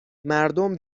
مردم